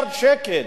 מיליארד שקלים